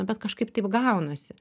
bet kažkaip taip gaunasi